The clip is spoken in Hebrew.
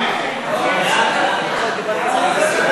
זה הצעה